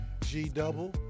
G-double